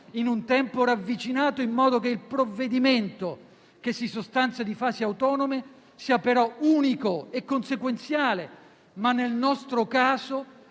in un tempo ravvicinato in modo che il provvedimento, che si sostanzia di fasi autonome, sia però unico e consequenziale. Nel nostro caso